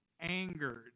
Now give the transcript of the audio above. angered